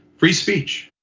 free speech.